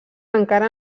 encara